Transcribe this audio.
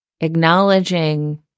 acknowledging